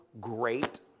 great